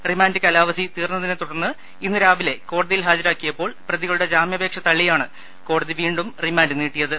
remand കാലാവധി തീർന്നതിനെ തുടർന്ന് ഇന്ന് രാവിലെ കോടതിയിൽ ഹാജരാക്കിയപ്പോൾ പ്രതികളുടെ ജാമ്യാപേക്ഷ തള്ളിയാണ് കോടതി വീണ്ടും റിമാൻഡ് നീട്ടിയത്